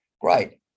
great